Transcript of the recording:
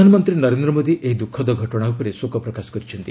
ପ୍ରଧାନମନ୍ତ୍ରୀ ନରେନ୍ଦ୍ର ମୋଦୀ ଏହି ଦୁଃଖଦ ଘଟଣା ଉପରେ ଶୋକ ପ୍ରକାଶ କରିଛନ୍ତି